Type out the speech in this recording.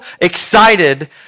excited